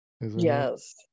Yes